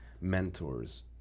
mentors